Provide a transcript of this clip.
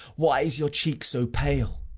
why is your cheek so pale?